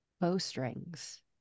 bowstrings